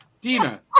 Dina